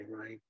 right